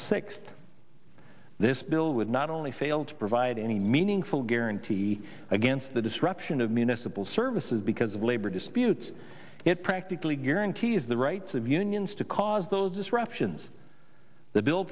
fixed this bill would not only fail to provide any meaningful guarantee against the disruption of municipal services because of labor disputes it practically guarantees the rights of unions to cause those disruptions the bill